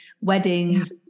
weddings